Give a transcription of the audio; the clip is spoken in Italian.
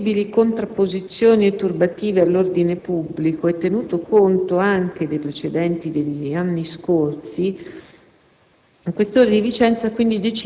Per evitare possibili contrapposizioni e turbative all'ordine pubblico, e tenuto conto anche dei precedenti degli anni scorsi,